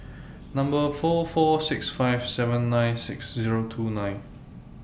Number four four six five seven nine six Zero two nine